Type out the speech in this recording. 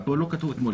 אבל פה לא כתוב אתמול.